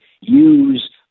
use